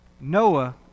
Noah